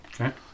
Okay